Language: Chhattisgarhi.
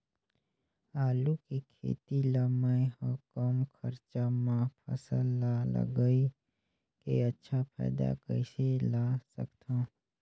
आलू के खेती ला मै ह कम खरचा मा फसल ला लगई के अच्छा फायदा कइसे ला सकथव?